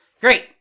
Great